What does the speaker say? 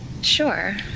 Sure